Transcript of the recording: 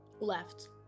Left